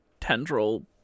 tendril